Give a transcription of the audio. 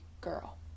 girl